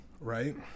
right